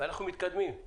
אנחנו מתקדמים.